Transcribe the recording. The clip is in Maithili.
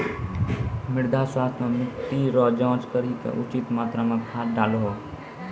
मृदा स्वास्थ्य मे मिट्टी रो जाँच करी के उचित मात्रा मे खाद डालहो